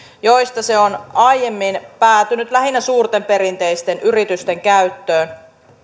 joista se on aiemmin päätynyt lähinnä suurten perinteisten yritysten käyttöön